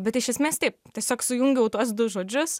bet iš esmės taip tiesiog sujungiau tuos du žodžius